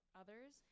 others